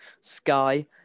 Sky